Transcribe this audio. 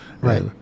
Right